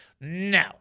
no